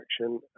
action